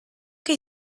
che